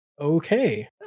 Okay